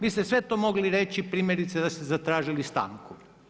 Vi ste sve to mogli reći primjerice da ste zatražili stanku.